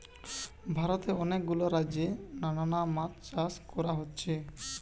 ভারতে অনেক গুলা রাজ্যে নানা মাছ চাষ কোরা হচ্ছে